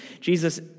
Jesus